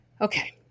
okay